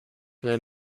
their